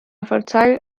fertile